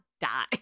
die